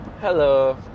Hello